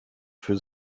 für